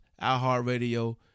iHeartRadio